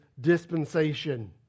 dispensation